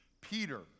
Peter